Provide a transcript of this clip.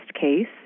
case